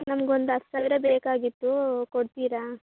ನಮ್ಗೊಂದು ಹತ್ತು ಸಾವಿರ ಬೇಕಾಗಿತ್ತು ಕೊಡ್ತೀರಾ